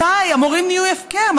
מתי המורים נהיו הפקר?